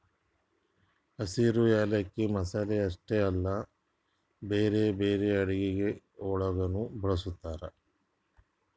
ಹಸಿರು ಯಾಲಕ್ಕಿ ಮಸಾಲೆ ಅಷ್ಟೆ ಅಲ್ಲಾ ಬ್ಯಾರೆ ಬ್ಯಾರೆ ಅಡುಗಿ ಒಳಗನು ಬಳ್ಸತಾರ್